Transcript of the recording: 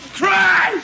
cry